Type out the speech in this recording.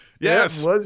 Yes